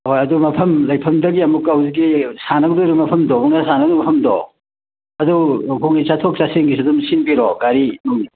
ꯍꯣꯏ ꯑꯗꯨ ꯃꯐꯝ ꯂꯩꯐꯝꯗꯒꯤ ꯑꯃꯨꯛꯀ ꯍꯧꯖꯤꯛꯀꯤ ꯁꯥꯟꯅꯒꯗꯧꯔꯤ ꯃꯐꯝꯗꯣ ꯃꯨꯛꯅꯥ ꯁꯥꯟꯅꯗꯧꯔꯤꯕ ꯃꯐꯝꯗꯣ ꯑꯗꯨ ꯑꯩꯈꯣꯏꯒꯤ ꯆꯠꯊꯣꯛ ꯆꯠꯁꯤꯟꯒꯤꯁꯨ ꯑꯗꯨꯝ ꯁꯤꯟꯕꯤꯔꯣ ꯒꯥꯔꯤ ꯎꯝ